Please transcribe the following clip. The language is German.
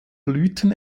blüten